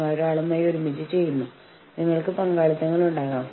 നിങ്ങളാണ് യൂണിയൻ കാര്യസ്ഥന് പണം നൽകുന്നത്